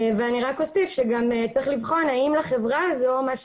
אוסיף, שיש לבחון האם לחברה הזאת יש